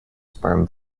sperm